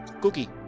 cookie